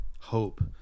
hope